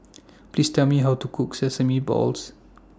Please Tell Me How to Cook Sesame Balls